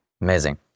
Amazing